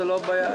זה לא חדש,